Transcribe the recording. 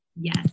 Yes